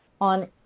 on